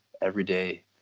everyday